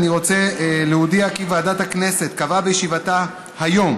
אני רוצה להודיע כי ועדת הכנסת קבעה בישיבתה היום